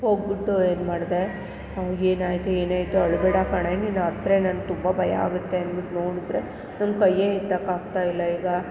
ಹೋಗ್ಬಿಟ್ಟು ಏನು ಮಾಡಿದೆ ಏನಾಯಿತು ಏನಾಯಿತು ಅಳಬೇಡ ಕಣೆ ನೀನು ಅತ್ತರೆ ನಂಗೆ ತುಂಬ ಭಯ ಆಗುತ್ತೆ ಅಂದ್ಬಿಟ್ಟು ನೋಡಿದ್ರೆ ನನ್ನ ಕೈಯ್ಯೇ ಎತ್ತೋಕೆ ಆಗ್ತಾ ಇಲ್ಲ ಈಗ